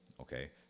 Okay